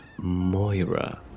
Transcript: Moira